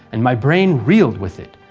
and my brain reeled with it.